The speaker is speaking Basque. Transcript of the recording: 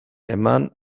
eman